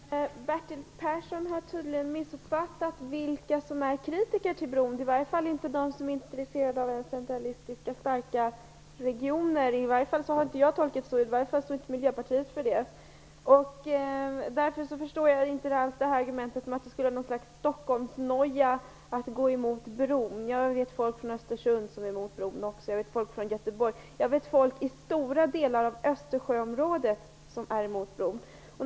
Herr talman! Bertil Persson har tydligen missuppfattat vilka som är kritiska till bron. Det är inte de som är intresserande av centralistiska starka regioner. Så har i varje fall inte jag tolkat det. Miljöpartiet står inte för det. Därför förstår jag inte argumentet att det är något slags Stockholmsnoja att gå emot bron. Jag vet människor från Östersund, Göteborg och stora delar av Östersjöområdet som är emot bron.